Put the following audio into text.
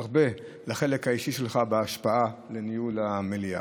לחלק האישי שלך יש הרבה השפעה בניהול המליאה.